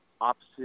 opposite